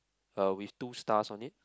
uh with two stars on it